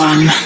One